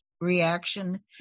reaction